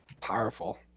powerful